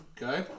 Okay